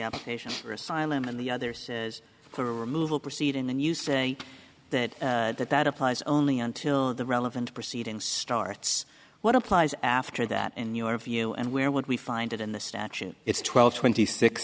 application for asylum and the other says for removal proceed and then you say that that that applies only until the relevant proceedings starts what applies after that in your view and where would we find it in the statute it's twelve twenty